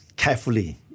Carefully